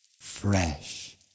fresh